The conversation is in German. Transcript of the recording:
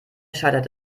scheitert